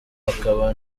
akaba